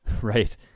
Right